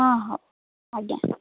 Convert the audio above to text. ହଁ ହଁ ଆଜ୍ଞା